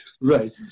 Right